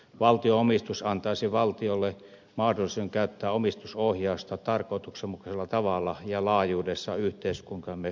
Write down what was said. valtio omistus antaisi valtiolle mahdollisuuden käyttää omistusohjausta tarkoituksenmukaisella tavalla ja laajuudessa yhteiskuntamme hyväksi